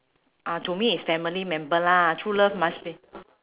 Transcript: uh to me is family member lah true love must be